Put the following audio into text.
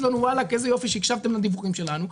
לנו איזה יופי שהקשבתם לדיווחים שלנו.